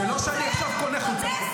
זה לא שאני קונה עכשיו חולצה,